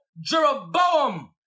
Jeroboam